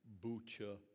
Bucha